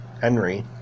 Henry